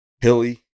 hilly